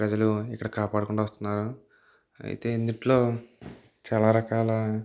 ప్రజలు ఇక్కడ కాపాడుకుంటు వస్తున్నారు అయితే ఇందులో చాలా రకాల